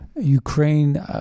Ukraine